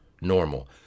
normal